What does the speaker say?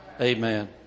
Amen